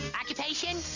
Occupation